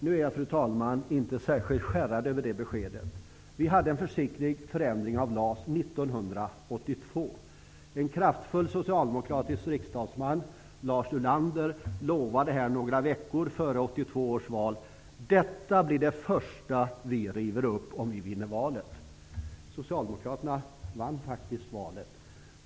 Nu är jag inte, fru talman, särskilt skärrad över det beskedet. Vi hade en försiktig förändring av LAS 1982. En kraftfull socialdemokratisk riksdagsman, Lars Ulander, lovade några veckor före 1982 års val: Detta blir det första vi river upp om vi vinner valet. Socialdemokraterna vann faktiskt valet.